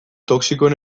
toxikoen